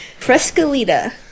Frescolita